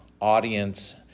audience